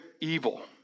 evil